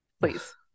please